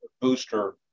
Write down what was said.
booster